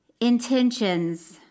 intentions